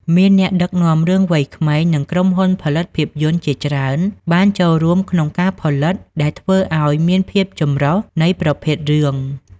មានអ្នកដឹកនាំរឿងវ័យក្មេង និងក្រុមហ៊ុនផលិតភាពយន្តជាច្រើនបានចូលរួមក្នុងការផលិត ដែលធ្វើឱ្យមានភាពចម្រុះនៃប្រភេទរឿង។